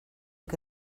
que